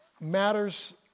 matters